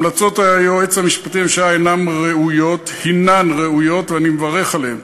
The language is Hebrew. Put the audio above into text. המלצות היועץ המשפטי לממשלה הן ראויות ואני מברך עליהן.